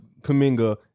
Kaminga